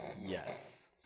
Yes